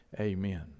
Amen